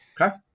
Okay